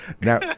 Now